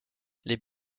les